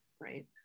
right